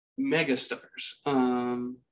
megastars